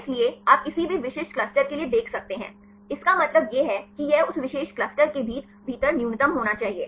इसलिए आप किसी भी विशिष्ट क्लस्टर के लिए देख सकते हैं इसका मतलब यह है कि यह उस विशेष क्लस्टर के भीतर न्यूनतम होना चाहिए